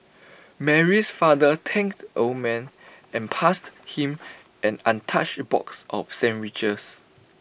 Mary's father thanked the old man and passed him an untouched box of sandwiches